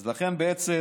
אז לכן בעצם